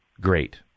Great